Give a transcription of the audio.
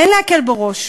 אין להקל בו ראש.